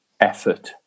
effort